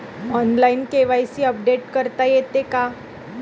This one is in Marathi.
ऑनलाइन के.वाय.सी अपडेट करता येते का?